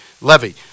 Levy